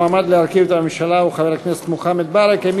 המועמד להרכיב את הממשלה הוא חבר הכנסת מוחמד ברכה.